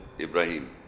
Ibrahim